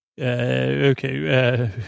okay